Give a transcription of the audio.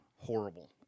horrible